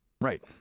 Right